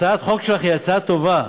הצעת החוק שלך היא הצעה טובה.